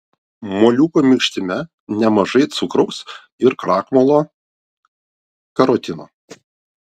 moliūgo minkštime nemažai cukraus ir krakmolo karotino